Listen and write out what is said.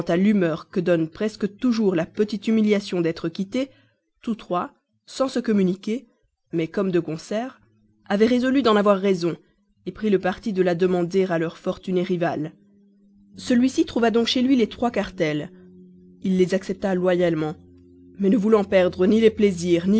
l'humeur que donne presque toujours la petite humiliation d'être quitté tous trois sans se communiquer mais comme de concert avaient résolu d'en avoir raison pris le parti de la demander à leur fortuné rival celui-ci trouva donc chez lui les trois cartels il les accepta loyalement mais ne voulant perdre ni les plaisirs